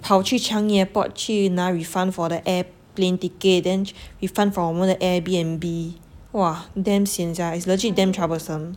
跑去 changi airport 去 refund for the airplane ticket then refund from 我们的 Airbnb !wah! damn sian sia is legit damn troublesome